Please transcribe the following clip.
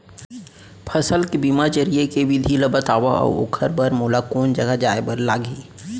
फसल के बीमा जरिए के विधि ला बतावव अऊ ओखर बर मोला कोन जगह जाए बर लागही?